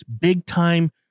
big-time